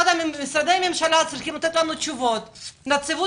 משרדי הממשלה צריכים לתת לנו תשובות ונציבות